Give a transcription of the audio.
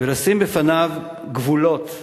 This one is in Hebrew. ולשים בפניו גבולות,